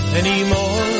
anymore